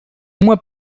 uma